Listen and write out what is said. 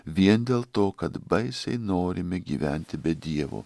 vien dėl to kad baisiai norime gyventi be dievo